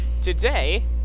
Today